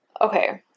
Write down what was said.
okay